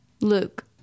Luke